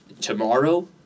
tomorrow